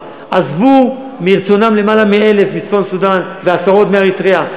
עזבו מרצונם יותר מ-1,000 מצפון-סודאן ועשרות מאריתריאה.